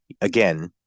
Again